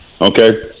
okay